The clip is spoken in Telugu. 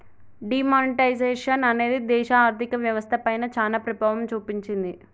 డీ మానిటైజేషన్ అనేది దేశ ఆర్ధిక వ్యవస్థ పైన చానా ప్రభావం చూపించింది